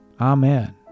Amen